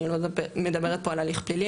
אני לא מדברת פה על הליך פלילי,